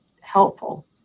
helpful